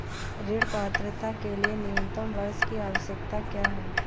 ऋण पात्रता के लिए न्यूनतम वर्ष की आवश्यकता क्या है?